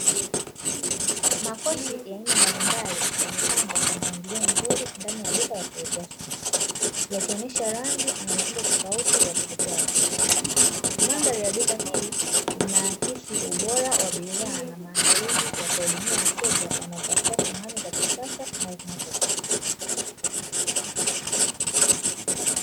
Makochi ya aina mbalimbali yamepangwa kwa mpangilio mzuri ndani ya duka la kuuzia samani, yakionyesha rangi na mitindo tofauti ya kuvutia wateja. Mandhari ya duka hii linaakisi ubora wa bidhaa na maandalizi ya kuhudumia wateja wanaotafuta samani za kisasa na zinazodumu.